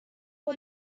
بار